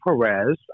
Perez